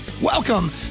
Welcome